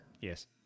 Yes